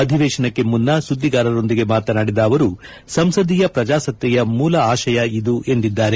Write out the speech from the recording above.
ಅಧಿವೇಶನಕ್ಕೆ ಮುನ್ನ ಸುದ್ದಿಗಾರರೊಂದಿಗೆ ಮಾತನಾಡಿದ ಅವರು ಸಂಸದೀಯ ಪ್ರಜಾಸತ್ತೆಯ ಮೂಲ ಆಶಯ ಇದು ಎಂದಿದ್ದಾರೆ